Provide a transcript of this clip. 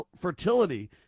fertility